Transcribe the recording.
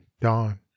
dawn